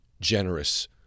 Generous